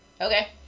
Okay